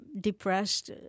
depressed